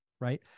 right